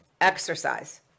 exercise